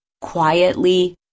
quietly